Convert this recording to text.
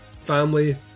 family